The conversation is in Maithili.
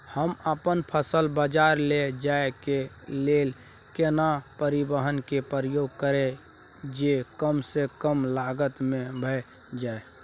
हम अपन फसल बाजार लैय जाय के लेल केना परिवहन के उपयोग करिये जे कम स कम लागत में भ जाय?